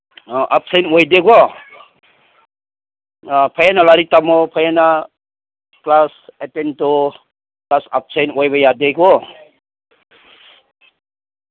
ꯑꯥ absent ꯑꯣꯏꯗꯦ ꯀꯣ ꯑꯥ ꯐꯖꯅ ꯂꯥꯏꯔꯤꯛ ꯇꯝꯃꯨ ꯐꯖꯅ ꯀ꯭ꯂꯥꯁ ꯑꯦꯇꯦꯟ ꯇꯧꯋꯣ ꯀ꯭ꯂꯥꯁ ꯑꯦꯞꯁꯦꯟ ꯑꯣꯏꯕ ꯌꯥꯗꯦꯀꯣ